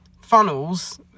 funnels